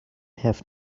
have